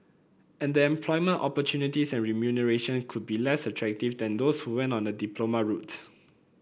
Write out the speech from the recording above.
and the employment opportunities and remuneration could be less attractive than those who went on a diploma routes